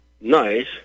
nice